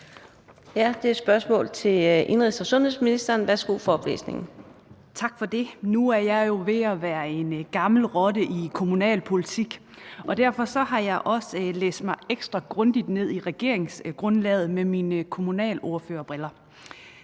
Værsgo for oplæsningen. Kl. 13:22 Theresa Berg Andersen (SF): Tak for det. Nu er jeg jo ved at være en gammel rotte i kommunalpolitik, og derfor har jeg også læst mig ekstra grundigt ned i regeringsgrundlaget med mine kommunalordførerbriller.